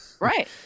Right